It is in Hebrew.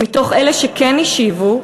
מתוך אלה שכן השיבו,